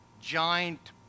giant